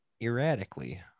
erratically